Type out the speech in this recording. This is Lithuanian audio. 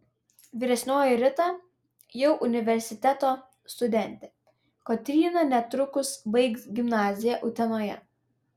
vyresnioji rita jau universiteto studentė kotryna netrukus baigs gimnaziją utenoje